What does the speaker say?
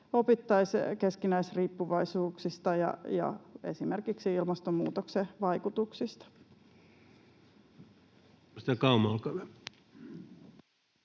opittaisiin keskinäisriippuvaisuuksista ja esimerkiksi ilmastonmuutoksen vaikutuksista.